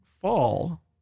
fall